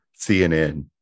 CNN